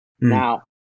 Now